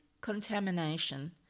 contamination